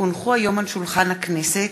כי הונחו היום על שולחן הכנסת,